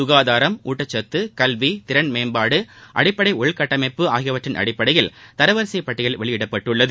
ககாதாரம் ஊட்டச்சத்து கல்வி திறன்மேம்பாடு அடிப்படை உள்கட்டமைப்பு ஆகியவற்றின் அடிப்படையில் தரவரிசை பட்டியல் வெளியிடப்பட்டுள்ளது